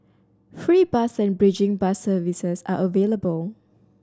free bus and bridging bus services are available